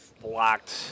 blocked